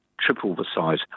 triple-the-size